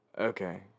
Okay